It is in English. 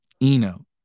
Eno